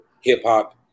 hip-hop